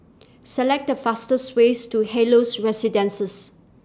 Select The fastest ways to Helios Residences